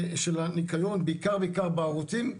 של הניקיון בעיקר בעיקר בערוצים,